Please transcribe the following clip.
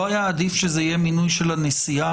לא היה עדיף שזה יהיה מינוי של הנשיאה?